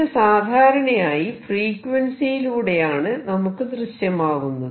ഇത് സാധാരണയായി ഫ്രീക്വൻസിയിലൂടെയാണ് നമുക്ക് ദൃശ്യമാകുന്നത്